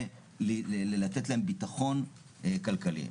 ולתת להם ביטחון כלכלי.